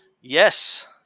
Yes